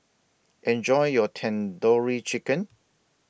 Enjoy your Tandoori Chicken